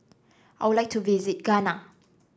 I would like to visit Ghana